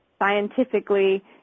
scientifically